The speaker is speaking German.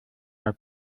mal